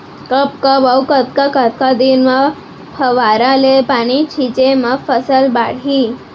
कब कब अऊ कतका कतका दिन म फव्वारा ले पानी छिंचे म फसल बाड़ही?